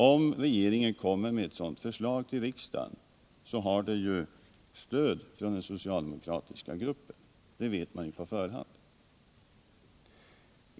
Om regeringen kommer med ett sådant förslag till riksdagen har den ju den socialdemokratiska gruppens stöd — det vet man ju på förhand.